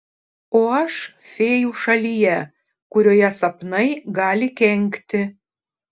o aš fėjų šalyje kurioje sapnai gali kenkti